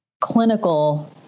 clinical